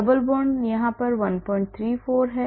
double bond यहां 134 है